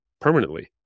permanently